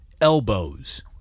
elbows